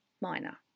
minor